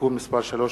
(תיקון מס' 3),